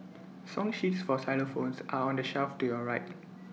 song sheets for xylophones are on the shelf to your right